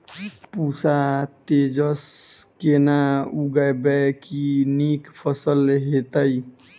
पूसा तेजस केना उगैबे की नीक फसल हेतइ?